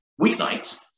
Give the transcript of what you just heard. weeknights